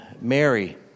Mary